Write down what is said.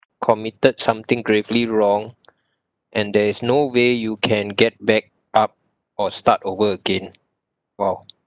committed something gravely wrong and there is no way you can get back up or start over again !wow!